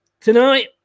Tonight